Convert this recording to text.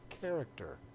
character